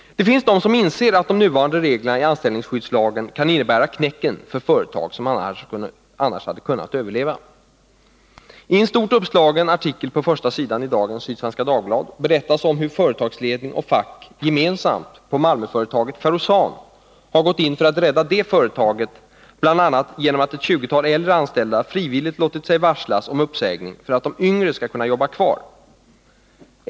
Det finns de som inser att de nuvarande reglerna i anställningsskyddslagen kan innebära knäcken för företag som annars hade kunnat överleva. I en stort uppslagen artikel på första sidan i dagens nummer av Sydsvenska Dagbladet berättas om hur företagsledning och fack gemensamt på Malmöföretaget Ferrosan har gått in för att rädda företaget bl.a. genom att ett tjugotal äldre anställda frivilligt låtit sig varslas om uppsägning för att de yngre skall kunna jobba kvar.